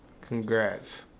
Congrats